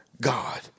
God